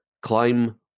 climb